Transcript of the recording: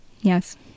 Yes